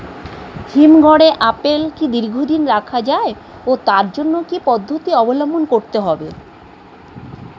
হিমঘরে আপেল কি দীর্ঘদিন রাখা যায় ও তার জন্য কি কি পদ্ধতি অবলম্বন করতে হবে?